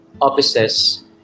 offices